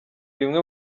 bimwe